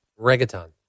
Reggaeton